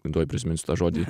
tuoj prisiminsiu tą žodį